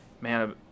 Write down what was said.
man